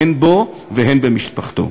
הן בו והן במשפחתו.